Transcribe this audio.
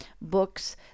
books